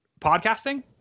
podcasting